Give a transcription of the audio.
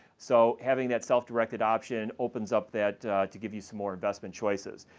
so having that self-directed option opens up that to give you some more investment choices.